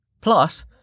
Plus